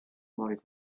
live